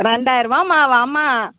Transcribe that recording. ரெண்டாயிர ரூவாம்மா வாம்மா